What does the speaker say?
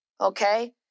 Okay